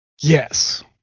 Yes